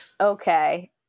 Okay